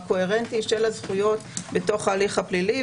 של הזכויות בהליך הפלילי,